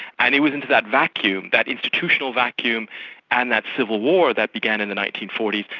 and it was into that vacuum, that institutional vacuum and that civil war that began in the nineteen forty